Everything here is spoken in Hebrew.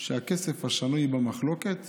זה שהכסף השנוי במחלוקת